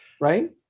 Right